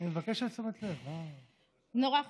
נורא חשוב.